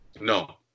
No